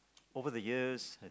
over the years